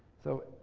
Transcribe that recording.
so,